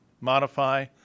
modify